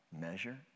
measure